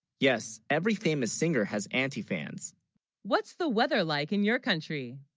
yes every famous singer has anti, fans what's the weather like in your country